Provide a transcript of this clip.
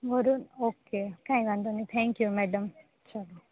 Varun okay કાંઇ વાંધો નહીં થેન્ક યુ મેડમ ચલો